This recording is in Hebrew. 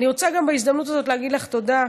אני רוצה גם בהזדמנות הזאת להגיד לך תודה,